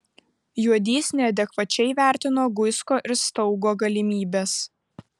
juodys neadekvačiai vertino guisko ir staugo galimybes